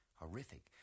horrific